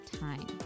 time